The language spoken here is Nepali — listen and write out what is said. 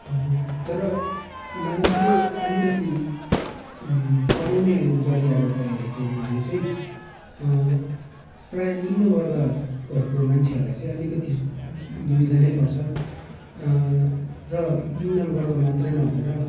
तर मान्छेले अलिकति कमाउने जरियाबाट हेरेको हुनाले चाहिँ प्रायः निम्नवर्गहरूको मान्छेहरूलाई चाहिँ अलिकति मुश् दुविधा नै पर्छ र निम्न वर्गमात्रै नभएर